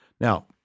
Now